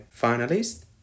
finalists